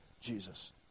Jesus